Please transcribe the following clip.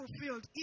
fulfilled